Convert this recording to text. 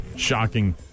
Shocking